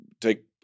take